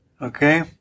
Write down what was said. Okay